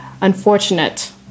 unfortunate